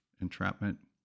entrapment